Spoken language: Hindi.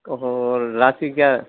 ओहो क्या